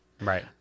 Right